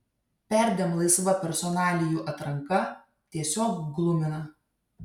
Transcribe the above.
perdėm laisva personalijų atranka tiesiog glumina